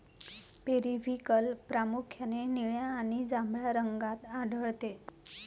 periwinkle प्रामुख्याने निळ्या आणि जांभळ्या रंगात आढळते